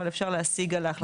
אבל אפשר להשיג על ההחלטה שלה.